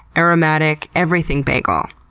aromatic everything bagel.